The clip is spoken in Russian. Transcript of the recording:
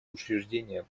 учреждение